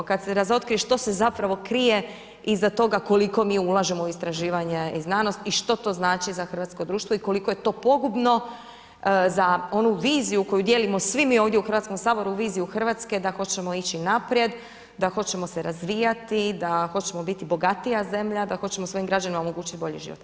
Kad se razotkrije što se zapravo krije iza toga koliko mi ulažemo u istraživanje i znanost i što to znači za hrvatsko društvo i koliko je to pogubno za onu viziju koju dijelimo svi mi ovdje u Hrvatskom saboru, viziju Hrvatske da hoćemo ići naprijed, da hoćemo se razvijati, da hoćemo biti bogatija zemlja, da hoćemo svojim građanima omogućiti bolji život.